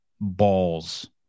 balls